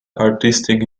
artistic